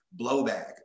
blowback